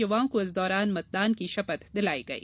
युवाओं को इस दौरान मतदान की शपथ दिलाई गई